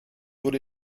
wurde